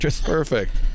Perfect